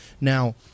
Now